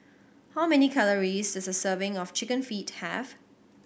how many calories does a serving of Chicken Feet have